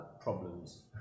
problems